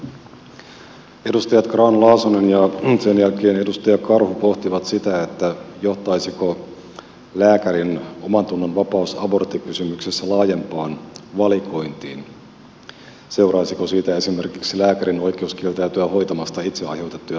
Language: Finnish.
edustaja grahn laasonen ja sen jälkeen edustaja karhu pohtivat sitä johtaisiko lääkärin omantunnonvapaus aborttikysymyksessä laajempaan valikointiin seuraisiko siitä esimerkiksi lääkärin oikeus kieltäytyä hoitamasta itse aiheutettuja sairauksia